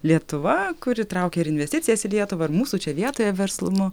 lietuva kuri traukia ir investicijas į lietuvą ir mūsų čia vietoje verslumu